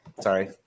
Sorry